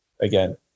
again